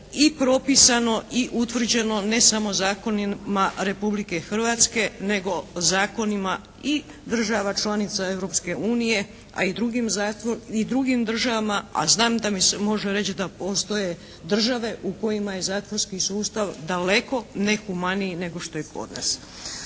i propisano i utvrđeno ne samo zakonima Republike Hrvatske nego zakonima i država članica Europske unije, a i drugim državama, a znam da mi se može reći da postoje države u kojima je zatvorski sustav daleko nehumaniji nego što je kod nas.